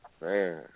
man